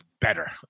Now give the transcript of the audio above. better